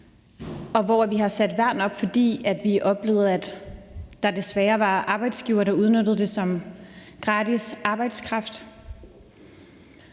og hvor vi har sat værn op, fordi vi oplevede, at der desværre var arbejdsgivere, der udnyttede det som gratis arbejdskraft,